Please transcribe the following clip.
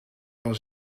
wel